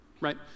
Right